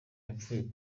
yapfuye